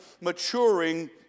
maturing